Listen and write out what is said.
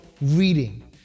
reading